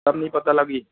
तब नहीं पता लगी